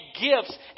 gifts